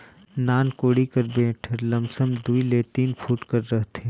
नान कोड़ी कर बेठ हर लमसम दूई ले तीन फुट कर रहथे